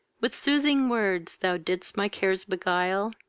with soothing words thou didst my cares beguile,